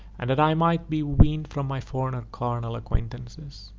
and that i might be weaned from my former carnal acquaintances.